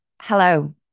Hello